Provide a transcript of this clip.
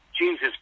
Jesus